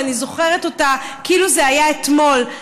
שאני זוכרת אותה כאילו זה היה אתמול,